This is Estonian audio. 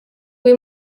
kui